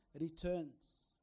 returns